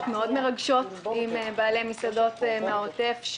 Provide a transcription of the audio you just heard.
מאוד מרגשות עם בעלי מסעדות מהעוטף,